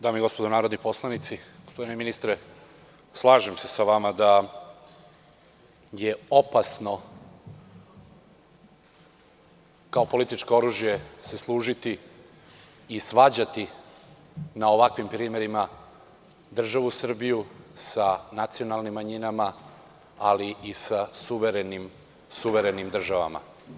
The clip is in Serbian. Dame i gospodo narodni poslanici, gospodine ministre, slažem se sa vama da je opasno kao političko oružje se služiti i svađati na ovakvim primerima državu Srbiju sa nacionalnim manjima, ali i sa suverenim državama.